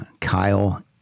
Kyle